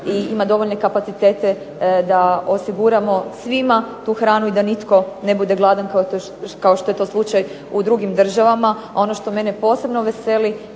ima dovoljne kapacitete da osiguramo svima tu hranu i da nitko ne bude gladan kao što je to slučaj u drugim državama. A ono što mene posebno veseli